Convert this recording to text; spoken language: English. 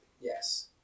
Yes